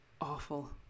Awful